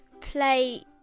play